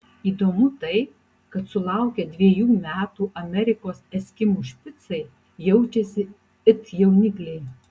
įdomu tai kad ir sulaukę dviejų metų amerikos eskimų špicai jaučiasi it jaunikliai